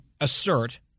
assert